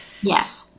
Yes